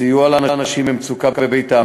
סיוע לאנשים במצוקה בביתם,